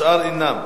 השאר אינם.